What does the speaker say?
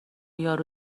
یارو